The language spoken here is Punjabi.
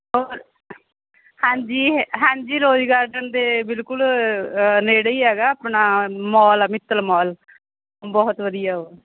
ਔਰ ਹਾਂਜੀ ਹੇ ਹਾਂਜੀ ਰੋਜ ਗਾਰਡਨ ਦੇ ਬਿਲਕੁਲ ਨੇੜੇ ਹੀ ਹੈਗਾ ਆਪਣਾ ਮੋਲ ਆ ਮਿੱਤਲ ਮੋਲ ਬਹੁਤ ਵਧੀਆ ਉਹ